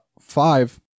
Five